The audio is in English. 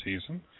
season